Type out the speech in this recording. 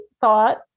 thought